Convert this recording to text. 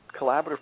collaborative